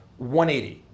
180